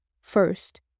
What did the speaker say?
First